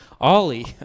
Ollie